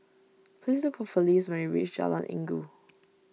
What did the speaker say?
please look for Felice when you reach Jalan Inggu